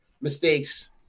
mistakes